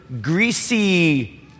greasy